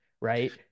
right